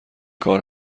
کار